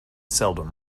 seldom